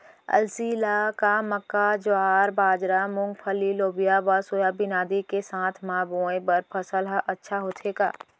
अलसी ल का मक्का, ज्वार, बाजरा, मूंगफली, लोबिया व सोयाबीन आदि के साथ म बोये बर सफल ह अच्छा होथे का?